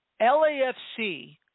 LAFC